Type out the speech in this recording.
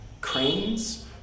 cranes